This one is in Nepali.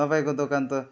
तपाईँको दोकान त